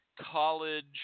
college